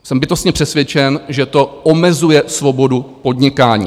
Jsem bytostně přesvědčen, že to omezuje svobodu podnikání.